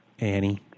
Annie